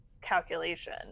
calculation